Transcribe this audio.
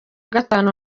gatanu